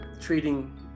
treating